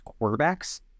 quarterbacks